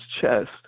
chest